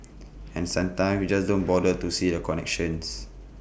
and sometimes we just don't bother to see the connections